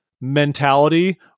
Mentality